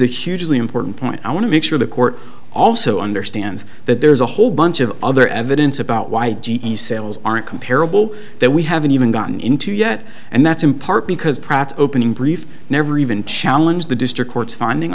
a hugely important point i want to make sure the court also understands that there's a whole bunch of other evidence about why g e cells aren't comparable that we haven't even gotten into yet and that's in part because perhaps opening brief never even challenge the district court's finding